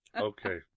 Okay